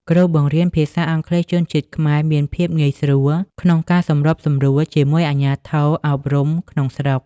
គ្រូបង្រៀនភាសាអង់គ្លេសជនជាតិខ្មែរមានភាពងាយស្រួលក្នុងការសម្របសម្រួលជាមួយអាជ្ញាធរអប់រំក្នុងស្រុក។